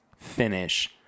finish